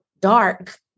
dark